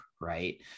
right